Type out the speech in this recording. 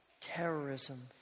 terrorism